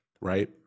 right